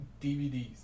DVDs